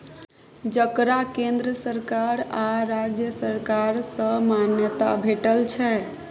जकरा केंद्र सरकार आ राज्य सरकार सँ मान्यता भेटल छै